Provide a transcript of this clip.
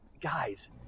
Guys